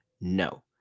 No